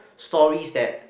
stories that